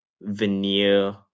veneer